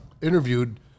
interviewed